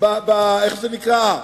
איך זה נקרא,